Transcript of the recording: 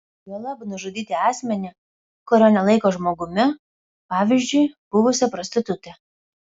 juolab nužudyti asmenį kurio nelaiko žmogumi pavyzdžiui buvusią prostitutę